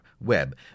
web